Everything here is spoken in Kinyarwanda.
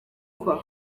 kwa